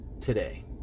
today